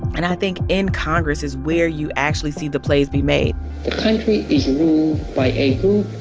and i think in congress is where you actually see the plays be made the country is ruled by a